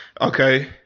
Okay